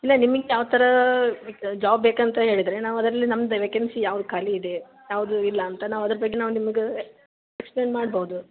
ಇಲ್ಲ ನಿಮಗ್ ಯಾವ ಥರ ಜಾಬ್ ಬೇಕಂತ ಹೇಳಿದರೆ ನಾವು ಅದರಲ್ಲಿ ನಮ್ದು ವೇಕೆನ್ಸಿ ಯಾವ್ದು ಖಾಲಿ ಇದೆ ಯಾವುದು ಇಲ್ಲ ಅಂತ ನಾವು ಅದ್ರ ಬಗ್ಗೆ ನಾವು ನಿಮ್ಗೆ ಎಕ್ಸ್ಪ್ಲೈನ್ ಮಾಡ್ಬೋದು